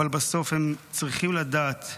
אבל בסוף הם צריכים לדעת: